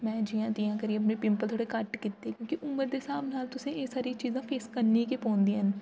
ते में जियां तियां करियै मैं पिम्पल थोह्डे घट्ट कीते क्योंकि उम्र दे स्हाब नाल तुसेंगी एह् सारियां चीज़ां फेस करनियां गै पौंदियां न